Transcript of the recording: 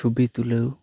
ᱪᱷᱚᱵᱤ ᱛᱩᱞᱟᱹᱣ